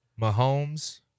Mahomes